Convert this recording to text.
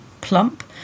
plump